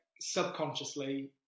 subconsciously